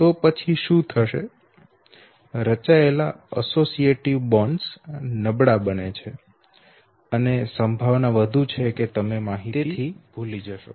તો પછી શું થશે રચાયેલા એસોસિએટીવ બોન્ડ નબળા બને છે અને સંભાવના વધુ છે કે તમે માહિતી ભૂલી જશો